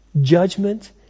judgment